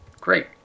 Great